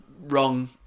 wrong